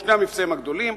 שני המבצעים הגדולים.